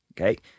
Okay